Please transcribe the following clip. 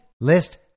list